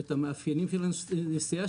ואת המאפיינים של הנסיעה,